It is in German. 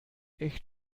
echt